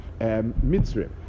Mitzrayim